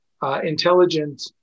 Intelligent